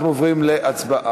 אנחנו עוברים להצבעה.